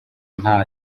nta